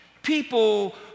People